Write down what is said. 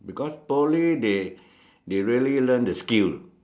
because Poly they they really learn the skill